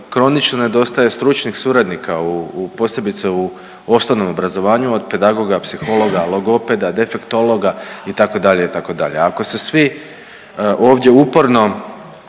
kronično nedostaje stručnih suradnika posebice u osnovnom obrazovanju od pedagoga psihologa, logopeda., defektologa itd. itd. Ako se svi ovdje uporno